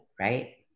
right